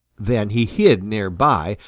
then he hid near by,